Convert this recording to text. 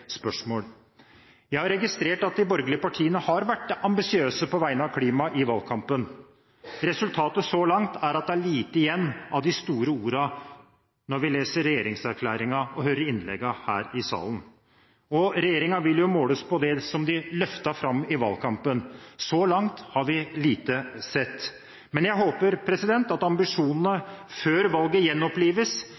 Jeg har registrert at de borgerlige partiene har vært ambisiøse på vegne av klimaet i valgkampen. Resultatet så langt er at det er lite igjen av de store ordene når vi leser regjeringserklæringen og hører innleggene her i salen. Regjeringen vil måles på det de løftet fram i valgkampen. Så langt har vi sett lite. Men jeg håper at ambisjonene